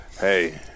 Hey